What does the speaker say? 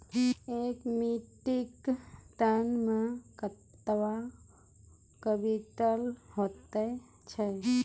एक metric tonne मे कतवा क्वींटल हैत छै?